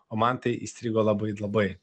o man tai įstrigo labai labai